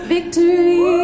Victory